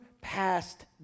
past